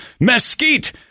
Mesquite